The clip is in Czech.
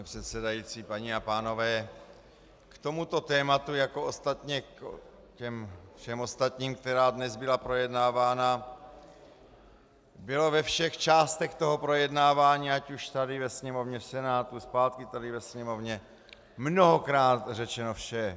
Pane předsedající, paní a pánové, k tomuto tématu jako ostatně ke všem ostatním, která dnes byla projednávána, bylo ve všech částech projednávání ať už tady ve Sněmovně, v Senátu, zpátky tady ve Sněmovně mnohokrát řečeno vše.